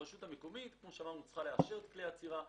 הרשות המקומית צריכה לאשר את כלי האצירה,